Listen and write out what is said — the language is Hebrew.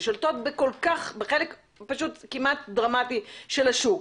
ששולטות בחלק דרמטי של השוק,